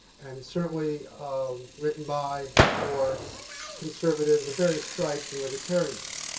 and certainly um written by and for conservatives of various stripes and libertarians.